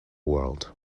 world